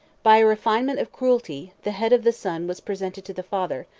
by a refinement of cruelty, the head of the son was presented to the father,